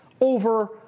over